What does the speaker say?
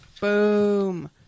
Boom